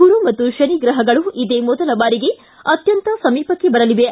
ಗುರು ಮತ್ತು ಶನಿರ್ರಹಗಳು ಇದೇ ಮೊದಲ ಬಾರಿ ಅತ್ಯಂತ ಸಮೀಪಕ್ಕೆ ಬರಲಿವೆ